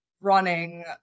running